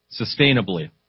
sustainably